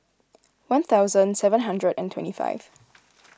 one thousand seven hundred and twenty five